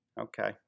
Okay